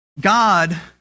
God